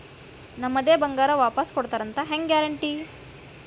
ನಮ್ಮದೇ ಬಂಗಾರ ವಾಪಸ್ ಕೊಡ್ತಾರಂತ ಹೆಂಗ್ ಗ್ಯಾರಂಟಿ?